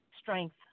Strength